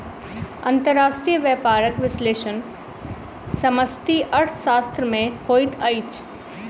अंतर्राष्ट्रीय व्यापारक विश्लेषण समष्टि अर्थशास्त्र में होइत अछि